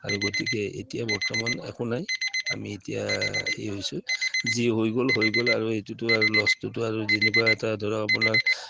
আৰু গতিকে এতিয়া বৰ্তমান একো নাই আমি এতিয়া হেই হৈছোঁ যি হৈ গ'ল হৈ গ'ল আৰু এইটোতো আৰু লষ্টটোতো আৰু যেনেকুৱা এটা ধৰক আপোনাৰ